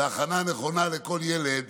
והכנה נכונה לכל ילד